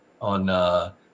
on